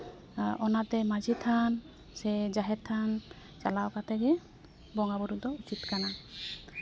ᱚᱱᱟᱛᱮ ᱢᱟᱹᱡᱷᱤ ᱛᱷᱟᱱ ᱥᱮ ᱡᱟᱦᱮᱨ ᱛᱷᱟᱱ ᱪᱟᱞᱟᱣ ᱠᱟᱛᱮ ᱜᱮ ᱵᱚᱸᱜᱟᱼᱵᱳᱨᱳ ᱫᱚ ᱩᱪᱤᱛ ᱠᱟᱱᱟ